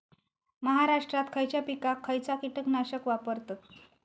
महाराष्ट्रात खयच्या पिकाक खयचा कीटकनाशक वापरतत?